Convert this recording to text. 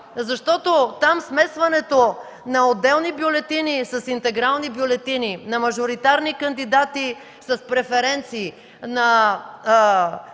Защото там смесването на отделни бюлетини с интегрални бюлетини, на мажоритарни кандидати с преференции, на